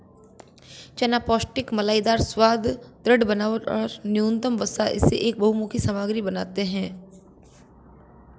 चना पौष्टिक मलाईदार स्वाद, दृढ़ बनावट और न्यूनतम वसा इसे एक बहुमुखी सामग्री बनाते है